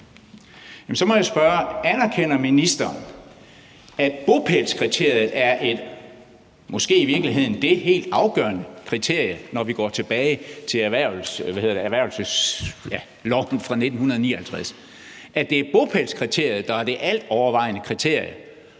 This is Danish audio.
Så må jeg spørge: Anerkender ministeren, at bopælskriteriet måske i virkeligheden er det helt afgørende kriterie, når vi går tilbage til erhvervelsesloven fra 1959, altså at det er bopælskriteriet, der er det altovervejende kriterie